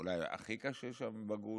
הכי קשה שם בגוש,